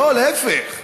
לא, להפך,